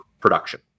production